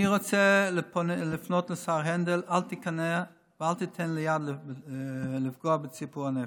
אני רוצה לפנות לשר הנדל: אל תיכנע ואל תיתן יד לפגוע בציפור הנפש.